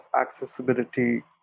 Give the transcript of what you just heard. accessibility